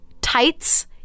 tights